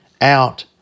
out